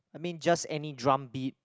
I mean just any drum beat